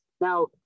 Now